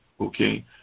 okay